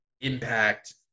impact